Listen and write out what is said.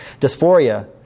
dysphoria